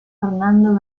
fernando